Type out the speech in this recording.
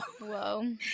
whoa